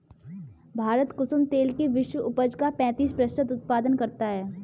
भारत कुसुम तेल के विश्व उपज का पैंतीस प्रतिशत उत्पादन करता है